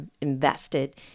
invested